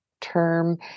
term